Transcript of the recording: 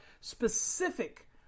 specific